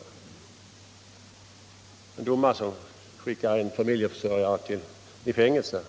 Det kan gälla en domare som skickar en familjeförsörjare i fängelse